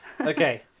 Okay